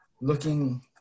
looking